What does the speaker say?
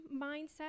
mindset